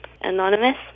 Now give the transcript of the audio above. Anonymous